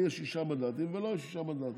לי יש שישה מנדטים ולו יש שישה מנדטים,